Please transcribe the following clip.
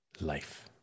Life